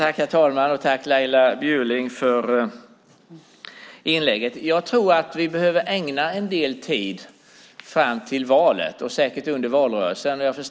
Herr talman! Tack, Laila Bjurling, för inlägget. Jag tror att vi behöver ägna en del tid fram till valet och säkert under valrörelsen åt denna fråga.